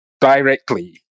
directly